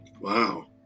Wow